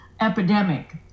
epidemic